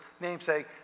namesake